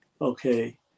Okay